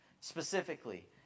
specifically